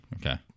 Okay